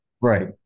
Right